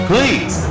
Please